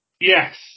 Yes